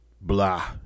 blah